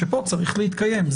שפה צריך להתקיים.